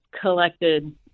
collected